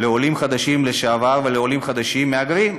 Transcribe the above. לעולים חדשים לשעבר ולעולים חדשים, מהגרים.